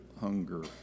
hunger